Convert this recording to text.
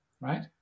right